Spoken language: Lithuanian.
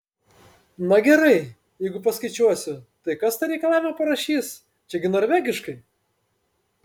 na gerai jeigu paskaičiuosiu tai kas tą reikalavimą parašys čia gi norvegiškai